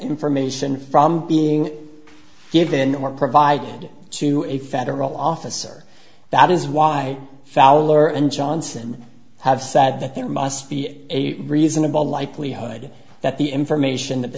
information from being given or provided to a federal officer that is why fowler and johnson have said that there must be a reasonable likelihood that the information that the